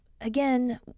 again